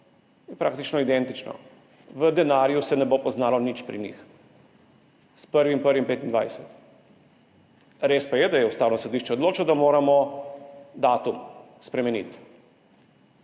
praktično identično. V denarju se ne bo poznalo nič pri njih s 1. 1. 2025, res pa je, da je Ustavno sodišče odločilo, da moramo datum spremeniti.